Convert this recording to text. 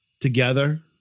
together